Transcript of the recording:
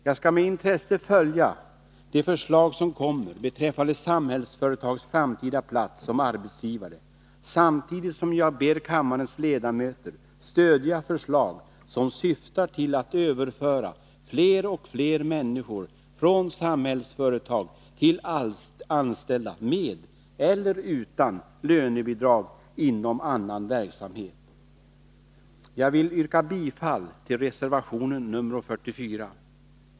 Jag skall med intresse följa de förslag som kommer beträffande Samhällsföretags framtida plats som arbetsgivare, samtidigt som jag ber kammarens ledamöter stödja förslag som syftar till att överföra fler och fler människor från Samhällsföretag till anställning med eller utan lönebidrag inom annan verksamhet. Jag yrkar bifall till reservation nr 44.